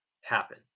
happen